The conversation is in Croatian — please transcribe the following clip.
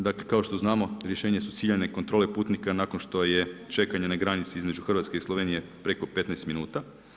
Dakle kao što znamo rješenje su ciljane kontrole putnika nakon što je čekanje na granici između Hrvatske i Slovenije preko 15 minuta.